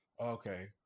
Okay